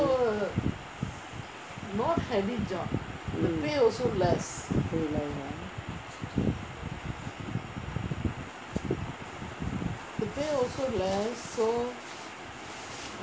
mm pay less ah